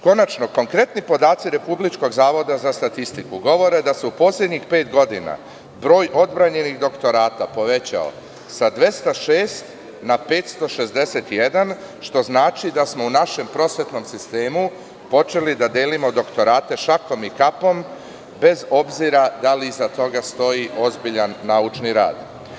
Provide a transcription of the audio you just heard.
Konačno, konkretni podaci Republičkog zavoda za statistiku govore da se u poslednjih pet godina broj odbranjenih doktorata povećao sa 206 na 561, što znači da smo u našem prosvetnom sistemu počeli da delimo doktorate šakom i kapom, bez obzira da li iza toga stoji ozbiljan naučni rad.